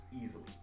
easily